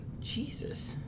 Jesus